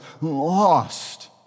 lost